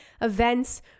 events